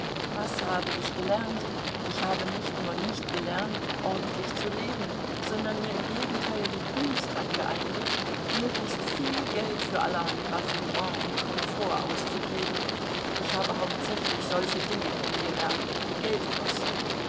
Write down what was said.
was habe ich gelernt ich habe nicht nur nicht gelernt ordentlich zu leben sondern mir im gegenteil die kunst angeeignet möglichst viel geld für allerhand raffinement und komfort auszugeben ich habe hauptsächlich solche dinge kennengelernt die geld kosten